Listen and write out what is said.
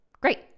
Great